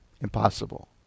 Impossible